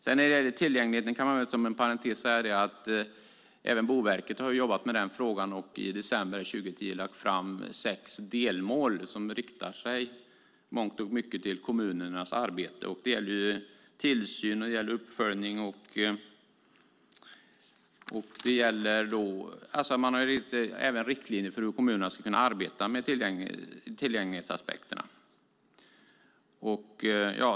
Om tillgängligheten kan man som en parentes säga att även Boverket har jobbat med frågan och i december 2010 lagt fram sex delmål som i mångt och mycket riktar sig till kommunernas arbete. Det gäller tillsyn och uppföljning, och man har även riktlinjer för hur kommunerna ska kunna arbeta med tillgänglighetsaspekterna.